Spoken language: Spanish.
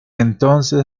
entonces